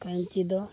ᱠᱷᱟᱹᱧᱪᱤ ᱫᱚ